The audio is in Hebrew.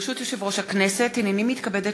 ברשות יושב-ראש הכנסת, הנני מתכבדת